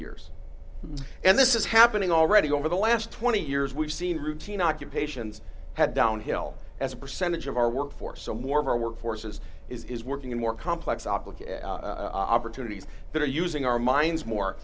years and this is happening already over the last twenty years we've seen routine occupations had downhill as a percentage of our workforce so more of our work forces is working in more complex outlook and opportunities that are using our minds